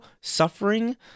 suffering